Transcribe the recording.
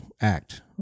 act